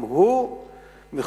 גם הוא מחויב